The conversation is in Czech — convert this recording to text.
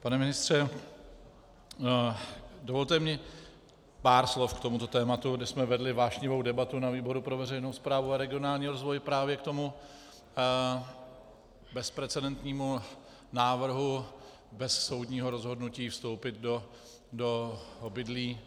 Pane ministře, dovolte mi pár slov k tomuto tématu, kde jsme vedli vášnivou debatu na výboru pro veřejnou správu a regionální rozvoj právě k tomu bezprecedentnímu návrhu, bez soudního rozhodnutí vstoupit do obydlí.